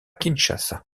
kinshasa